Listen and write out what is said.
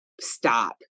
stop